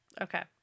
Okay